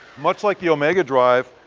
much like the omega drive,